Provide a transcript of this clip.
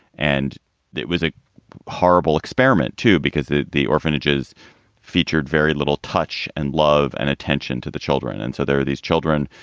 and that was a horrible experiment, too, because the the orphanages featured very little touch and love and attention to the children. and so there are these children,